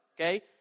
Okay